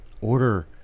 order